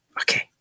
Okay